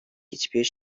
hiçbir